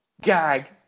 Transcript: gag